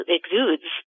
exudes